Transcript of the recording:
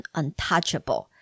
untouchable